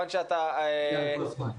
אילן קוסמן.